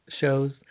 shows